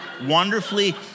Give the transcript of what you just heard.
wonderfully